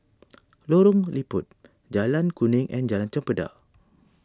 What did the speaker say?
Lorong Liput Jalan Kuning and Jalan Chempedak